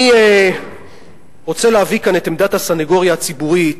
אני רוצה להביא כאן את עמדת הסניגוריה הציבורית